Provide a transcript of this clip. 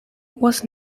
was